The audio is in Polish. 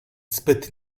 zbyt